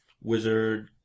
wizard